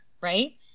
Right